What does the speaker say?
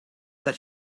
that